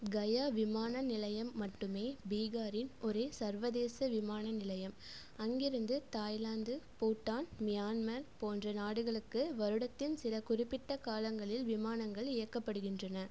கயா விமான நிலையம் மட்டுமே பீகாரின் ஒரே சர்வதேச விமான நிலையம் அங்கிருந்து தாய்லாந்து பூட்டான் மியான்மர் போன்ற நாடுகளுக்கு வருடத்தின் சில குறிப்பிட்ட காலங்களில் விமானங்கள் இயக்கப்படுகின்றன